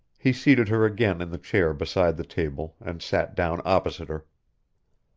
he seated her again in the chair beside the table and sat down opposite her.